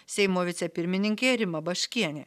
seimo vicepirmininkė rima baškienė